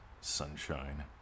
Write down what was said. sunshine